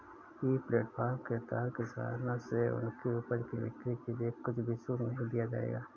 ई platform के तहत किसानों से उनकी उपज की बिक्री के लिए कुछ भी शुल्क नहीं लिया जाएगा